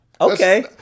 Okay